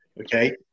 Okay